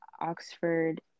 Oxford